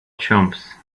chumps